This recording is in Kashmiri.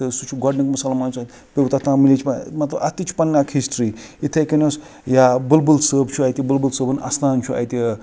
تہٕ سُہ چھُ گۄڈنِیُک مسلمان یُس اَتہِ پٮ۪و تَتھ ناو مِلیچ مر مَطلب اَتھ تہِ چھِ اَکھ ہِسٹِری یِتھٕے کٕنۍ اوس یا بُلبُل صٲب چھُ اَتہِ بُلبُل صٲبُن اَستان چھُ اَتہِ